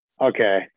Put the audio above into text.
okay